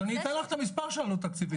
אז אני אתן לך את המספר של עלות תקציבית.